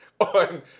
on